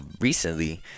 recently